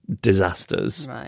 Disasters